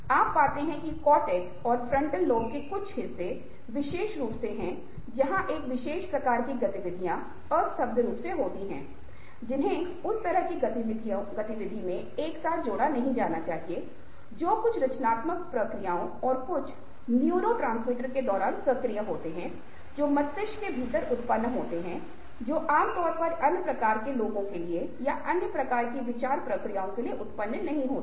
आप पाते हैं कि कोर्टेक्स और ललाट लोब के कुछ हिस्से विशेष रूप से हैं जहाँ एक विशेष प्रकार की गतिविधियाँ असंबद्ध रूप से होती हैं जिन्हें उस तरह की गतिविधि में एक साथ जोड़ा नहीं जाना चाहिए जो कुछ रचनात्मक प्रक्रियाओं और कुछ न्यूरोट्रांसमीटर के दौरान सक्रिय होते हैं जो मस्तिष्क के भीतर उत्पन्न होते हैं जो आम तौर पर अन्य प्रकार के लोगों के लिए या अन्य प्रकार की विचार प्रक्रियाओं के लिए उत्पन्न नहीं होते हैं